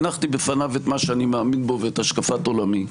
הנחתי בפניו את מה שאני מאמין בו ואת השקפת עולמי,